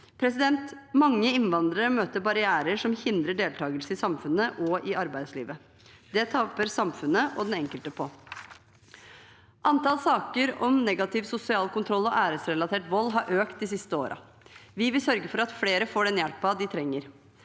arbeid. Mange innvandrere møter barrierer som hindrer deltakelse i samfunnet og i arbeidslivet. Det taper samfunnet og den enkelte på. Antall saker om negativ sosial kontroll og æresrelatert vold har økt de siste årene. Vi vil sørge for at flere får den hjelpen de trenger.